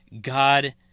God